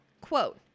quote